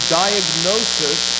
diagnosis